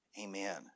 Amen